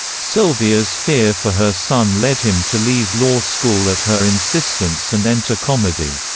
sylvia's fear for her son led him to leave law school at her insistence and enter comedy.